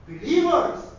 Believers